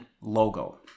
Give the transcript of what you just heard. logo